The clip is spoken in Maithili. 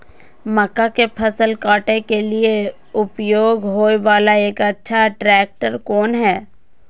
मक्का के फसल काटय के लिए उपयोग होय वाला एक अच्छा ट्रैक्टर कोन हय?